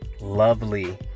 Lovely